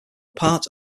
part